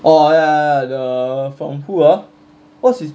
orh ya ya ya the fen~ who ah what's his